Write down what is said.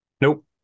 Nope